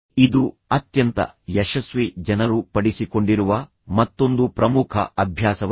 ಇದು ಅತ್ಯಂತ ಯಶಸ್ವಿ ಜನರು ಪಡಿಸಿಕೊಂಡಿರುವ ಮತ್ತೊಂದು ಪ್ರಮುಖ ಅಭ್ಯಾಸವಾಗಿದೆ